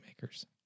makers